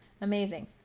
Amazing